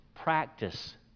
practice